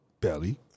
Belly